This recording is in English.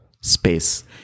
space